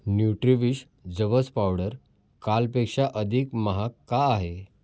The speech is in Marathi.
न्यूट्रिविश जवस पावडर कालपेक्षा अधिक महाग का आहे